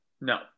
no